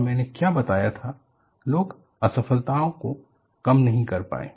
और मैंने क्या बताया था लोग असफलताओं को कम नही कर पाए